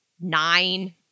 nine